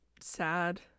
sad